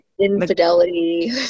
infidelity